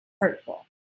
hurtful